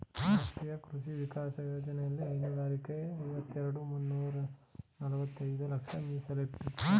ರಾಷ್ಟ್ರೀಯ ಕೃಷಿ ವಿಕಾಸ ಯೋಜ್ನೆಲಿ ಹೈನುಗಾರರಿಗೆ ಐವತ್ತೆರೆಡ್ ಮುನ್ನೂರ್ನಲವತ್ತೈದು ಲಕ್ಷ ಮೀಸಲಿಟ್ಟವ್ರೆ